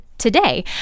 Today